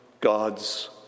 God's